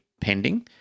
pending